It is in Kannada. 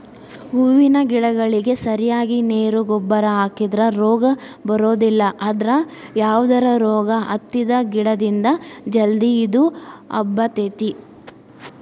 ಹೂವಿನ ಗಿಡಗಳಿಗೆ ಸರಿಯಾಗಿ ನೇರು ಗೊಬ್ಬರ ಹಾಕಿದ್ರ ರೋಗ ಬರೋದಿಲ್ಲ ಅದ್ರ ಯಾವದರ ರೋಗ ಹತ್ತಿದ ಗಿಡದಿಂದ ಜಲ್ದಿ ಇದು ಹಬ್ಬತೇತಿ